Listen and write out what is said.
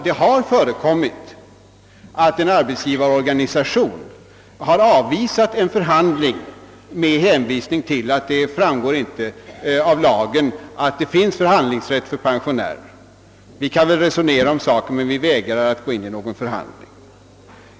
Det har också förekommit att en arbetsgivarorganisation har avvisat krav på förhandlingar beträffande pensionärers villkor med hänvisning till att lagen inte föreskriver någon förhandlingsrätt för pensionärer. Man har visserligen sagt att man vill resonera om saken men man har vägrat att gå in på någon förhandling.